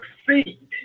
succeed